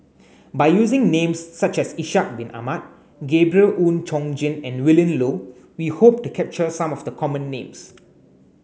by using names such as Ishak Bin Ahmad Gabriel Oon Chong Jin and Willin Low we hope to capture some of the common names